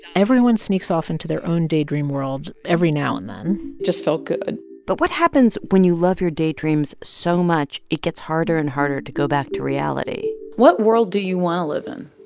everyone sneaks off into their own daydream world every now and then just felt good but what happens when you love your daydreams so much it gets harder and harder to go back to reality? what world do you want to live in.